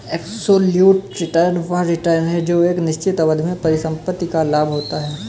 absolute return वह return है जो एक निश्चित अवधि में परिसंपत्ति का लाभ होता है